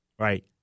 Right